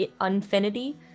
infinity